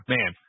Man